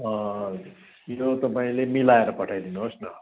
यो तपाईँले मिलाएर पठाइ दिनुहोस् न